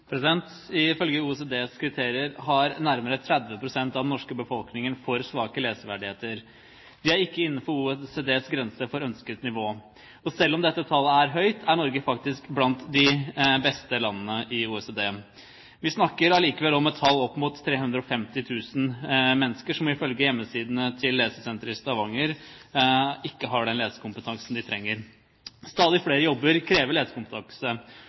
Ifølge OECDs kriterier har nærmere 30 pst. av den norske befolkningen for svake leseferdigheter. Vi er ikke innenfor OECDs grense for ønsket nivå. Men selv om dette tallet er høyt, er Norge faktisk blant de beste landene i OECD. Vi snakker allikevel om opp mot 350 000 mennesker som ifølge hjemmesidene til Lesesenteret i Stavanger ikke har den lesekompetansen de trenger. Stadig flere jobber krever